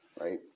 Right